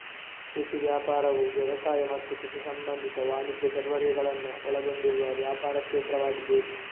ಕೃಷಿ ವ್ಯಾಪಾರವು ವ್ಯವಸಾಯ ಮತ್ತು ಕೃಷಿ ಸಂಬಂಧಿತ ವಾಣಿಜ್ಯ ಚಟುವಟಿಕೆಗಳನ್ನ ಒಳಗೊಂಡಿರುವ ವ್ಯಾಪಾರ ಕ್ಷೇತ್ರವಾಗಿದೆ